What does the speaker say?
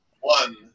one